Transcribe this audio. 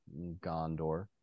Gondor